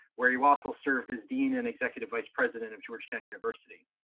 where you also served as dean and executive vice president of georgetown university.